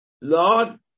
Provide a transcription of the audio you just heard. Lord